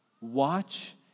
Watch